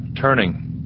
Turning